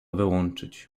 wyłączyć